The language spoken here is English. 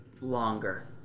longer